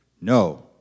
No